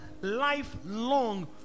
lifelong